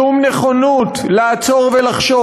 שום נכונות לעצור ולחשוב.